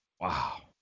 Wow